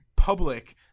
public